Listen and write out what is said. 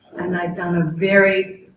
and they've done a very,